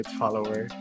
follower